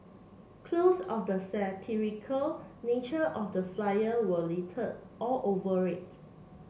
clues of the satirical nature of the flyer were littered all over it